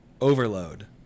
Overload